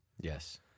Yes